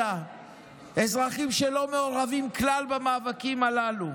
אזרחים שלא מעורבים כלל במאבקים הללו.